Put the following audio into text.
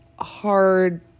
hard